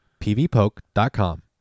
PVPoke.com